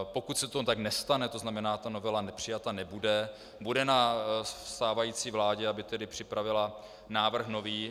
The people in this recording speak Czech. Pokud se to tak nestane, to znamená, novela přijata nebude, bude na stávající vládě, aby připravila návrh nový.